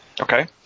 okay